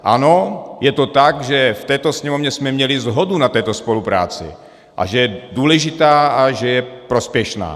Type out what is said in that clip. Ano, je to tak, že v této Sněmovně jsme měli shodu na této spolupráci, že je důležitá a že je prospěšná.